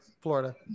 Florida